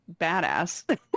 badass